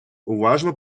уважно